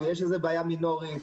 שיש איזו בעיה מינורית,